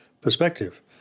perspective